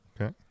Okay